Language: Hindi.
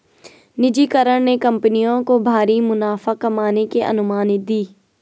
निजीकरण ने कंपनियों को भारी मुनाफा कमाने की अनुमति दी